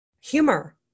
humor